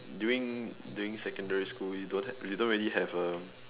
during during secondary school we don't we don't really have a